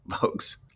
folks